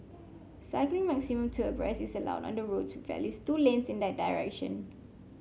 cycling maximum two abreast is allowed on the roads with at least two lanes in that direction